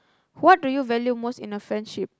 what do you value most in a friendship